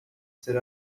ser